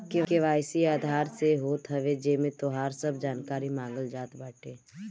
KYC Aadhaar से होत हवे जेमे तोहार सब जानकारी मांगल जात बाटे